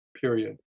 period